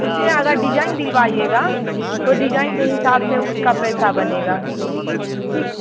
उसमें अगर डिजाइन दिलवाएगा तो डिजाइन के हिसाब से उसका पैसा बनेगा ठीक